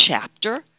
chapter